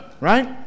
right